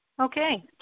Okay